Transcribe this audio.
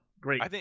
Great